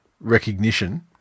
recognition